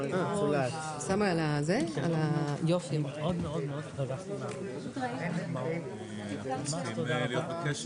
ננעלה בשעה 12:27.